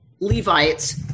Levites